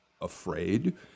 afraid